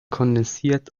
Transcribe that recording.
kondensiert